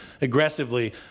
aggressively